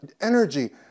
energy